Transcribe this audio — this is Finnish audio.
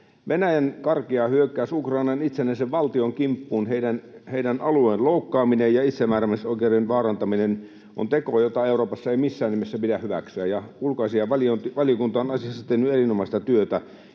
Venäjän karkea hyökkäys Ukrainan, itsenäisen valtion kimppuun, heidän alueensa loukkaaminen ja itsemääräämisoikeuden vaarantaminen, on teko, jota Euroopassa ei missään nimessä pidä hyväksyä. Ulkoasiainvaliokunta on asiassa tehnyt erinomaista työtä.